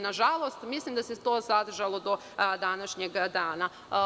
Nažalost, mislim da se to zadržalo i do današnjeg dana.